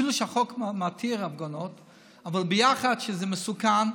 ואפילו שהחוק מתיר הפגנות, ביחד זה מסוכן,